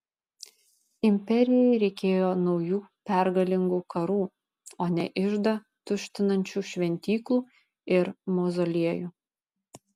imperijai reikėjo naujų pergalingų karų o ne iždą tuštinančių šventyklų ir mauzoliejų